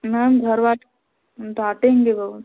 ma'am घरवाले डांटेंगे बहुत